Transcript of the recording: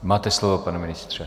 Máte slovo, pane ministře.